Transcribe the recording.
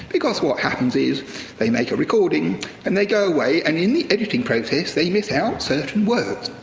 because what happens is they make a recording and they go away and in the editing process, they miss out certain words.